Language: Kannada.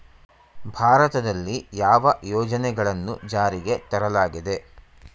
ಭಾರತದಲ್ಲಿ ಯಾವ ಯೋಜನೆಗಳನ್ನು ಜಾರಿಗೆ ತರಲಾಗಿದೆ?